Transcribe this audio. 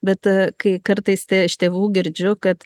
bet kai kartais iš tėvų girdžiu kad